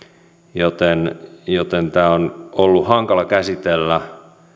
joten joten tämä on ollut hankala käsitellä